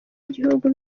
igihugu